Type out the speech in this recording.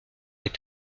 est